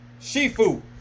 Shifu